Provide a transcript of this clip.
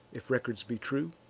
if records be true.